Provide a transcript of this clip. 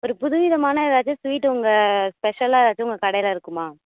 ஒரு புதுவிதமான ஏதாச்சும் ஸ்வீட் உங்கள் ஸ்பெஷலாக ஏதாச்சும் உங்கள் கடையில் இருக்குமா